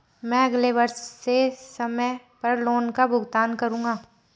मैं अगले वर्ष से समय पर लोन का भुगतान करूंगा